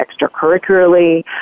extracurricularly